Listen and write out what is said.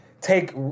take –